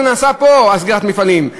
זה נעשה פה, סגירת המפעלים.